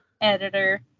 Editor